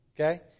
Okay